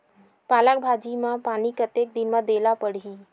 पालक भाजी म पानी कतेक दिन म देला पढ़ही?